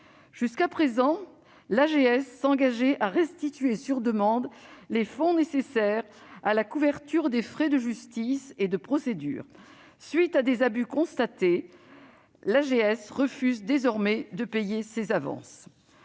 Jusqu'à présent, l'AGS s'engageait à restituer sur demande les fonds nécessaires à la couverture des frais de justice et de procédure. À la suite d'abus constatés, l'AGS refuse désormais de payer ces avances.